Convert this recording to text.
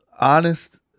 honest